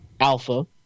Alpha